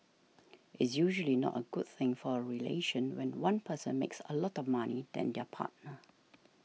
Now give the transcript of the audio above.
it's usually not a good thing for a relation when one person makes a lot more money than their partner